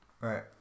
right